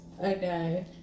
Okay